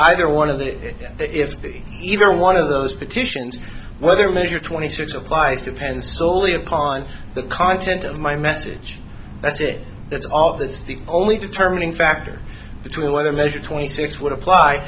either one of that if either one of those petitions whether measure twenty six applies to append solely upon the content of my message that's it that's all that's the only determining factor between whether measured twenty six would apply